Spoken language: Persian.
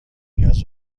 نیاز